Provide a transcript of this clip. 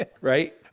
right